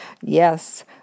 Yes